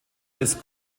des